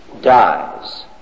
dies